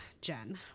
Jen